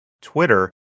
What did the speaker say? Twitter